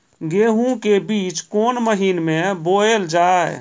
गेहूँ के बीच कोन महीन मे बोएल जाए?